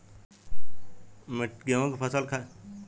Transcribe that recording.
गेंहू फसल खातिर मिट्टी चुनाव कईसे होखे?